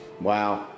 Wow